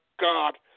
God